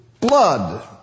blood